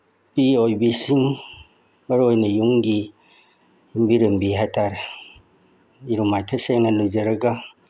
ꯅꯨꯄꯤꯑꯣꯏꯕꯤꯁꯤꯡ ꯃꯔꯨꯑꯣꯏꯅ ꯌꯨꯝꯒꯤ ꯌꯨꯝꯕꯤꯔꯦꯝꯕꯤ ꯍꯥꯏ ꯇꯥꯔꯦ ꯏꯔꯨ ꯃꯥꯏꯊ ꯁꯦꯡꯅ ꯂꯨꯖꯔꯒ